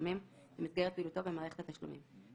תשלומים במסגרת פעילותו במערכת התשלומים,